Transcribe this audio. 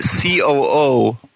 COO